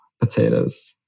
potatoes